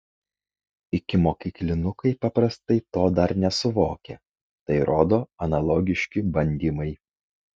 ikimokyklinukai paprastai to dar nesuvokia tai rodo analogiški bandymai